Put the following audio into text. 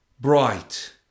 bright